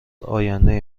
آینده